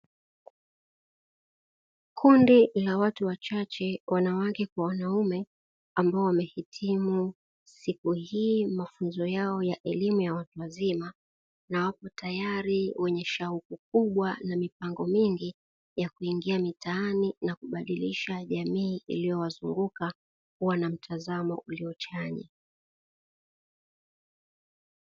Kundi la watu wachache wanawake kwa wanaume, ambao wamehitimu siku hii mafunzo yao ya elimu ya watu wazima, na wapo tayari wenye shauku kubwa na mipango mingi ya kuingia mitaani na kubadilisha jamii iliyowazunguka kuwa na mtazamo uliyo chanya.